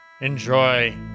Enjoy